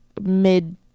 mid